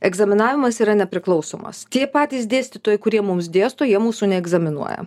egzaminavimas yra nepriklausomas tie patys dėstytojai kurie mums dėsto jie mūsų neegzaminuoja